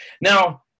Now